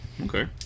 Okay